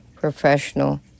professional